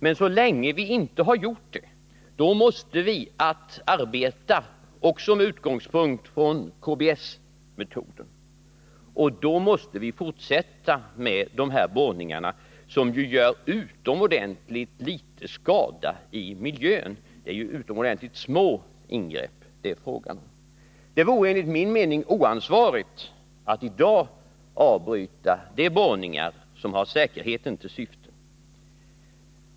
Men så länge vi inte har gjort det måste vi arbeta med utgångspunkt i KBS-metoden, och då måste vi också fortsätta med provborrningarna. De gör utomordentligt liten skada i miljön — det är fråga om oerhört små ingrepp. Det vore enligt min mening oansvarigt att i dag avbryta de borrningar som har säkerheten till syfte.